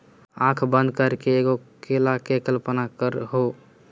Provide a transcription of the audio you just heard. आँखें बंद करके एगो केला के कल्पना करहो